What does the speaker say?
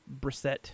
Brissette